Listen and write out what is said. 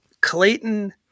Clayton